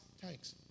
thanks